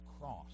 cross